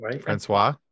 francois